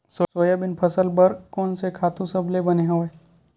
Soybean फसल बर कोन से खातु सबले बने हवय?